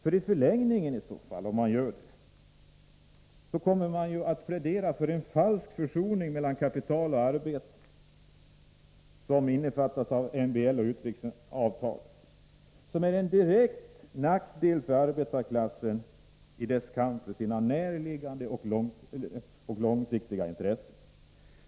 Om man gör det kommer man i förlängningen att plädera för en falsk försoning mellan kapital och arbete, som innefattas av MBL och utvecklingsavtalet, till direkt nackdel för arbetarklassen i dess kamp för sina närliggande och långsiktiga intressen.